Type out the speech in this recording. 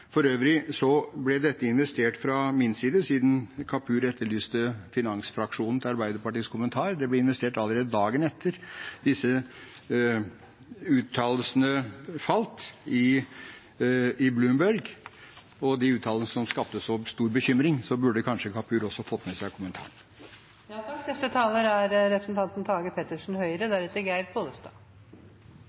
For øvrig, siden Kapur etterlyste en kommentar fra finansfraksjonen til Arbeiderpartiet: Den ble gitt allerede dagen etter at disse uttalelsene falt i Bloomberg, de uttalelsene som skapte så stor bekymring, og da burde kanskje Kapur også ha fått med seg den kommentaren. Det er